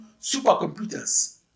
supercomputers